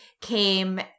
came